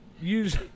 use